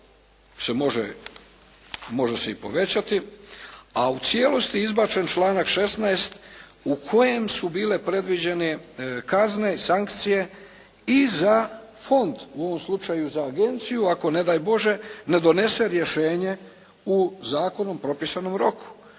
se može se i povećati, a u cijelosti izbačen članak 16. u kojem su bile predviđene kazne i sankcije i za fond, u ovom slučaju za agenciju ako ne daj Bože ne donese rješenje u zakonom propisanom roku.